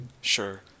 Sure